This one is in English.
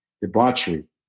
Debauchery